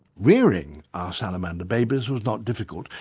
rearing our salamander babies was not difficult,